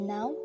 Now